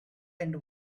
end